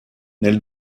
nel